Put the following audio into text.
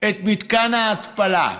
את מתקן ההתפלה.